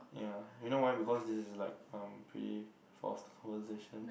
yeah you know why because this is like um pretty forced conversation